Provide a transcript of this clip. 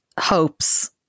hopes